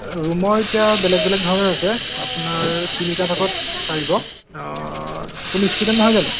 ৰুমৰ এতিয়া বেলেগ বেলেগ ধৰণৰ আছে আপোনাৰ তিনিটা ভাগত পাৰিব আপুনি ষ্টুডেণ্ট নহয় জানো